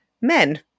men